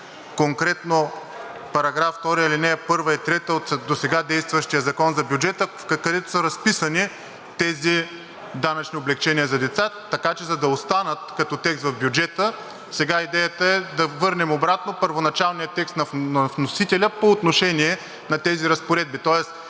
конкретно § 2, ал. 1 и 3 от досега действащия Закон за бюджета, където са разписани тези данъчни облекчения за деца, така че за да останат като текст в бюджета, сега идеята е да върнем обратно първоначалния текст на вносителя по отношение на тези разпоредби.